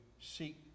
seek